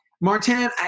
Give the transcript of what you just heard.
Martin